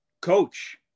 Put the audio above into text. Coach